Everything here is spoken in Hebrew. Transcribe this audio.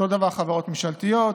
אותו דבר חברות ממשלתיות,